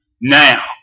now